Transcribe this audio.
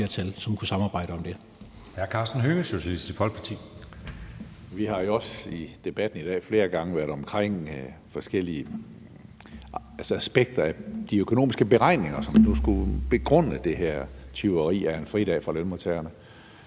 jo også i debatten i dag flere gange været omkring forskellige aspekter af de økonomiske beregninger, som nu skulle begrunde det her tyveri af en fridag fra lønmodtagerne.